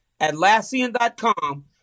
Atlassian.com